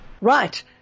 Right